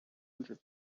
hundred